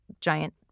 giant